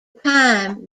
time